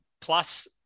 plus